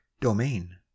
domain